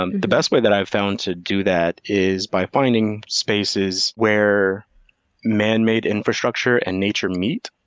um the best way that i've found to do that is by finding spaces where manmade infrastructure and nature meet.